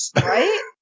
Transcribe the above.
Right